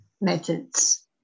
methods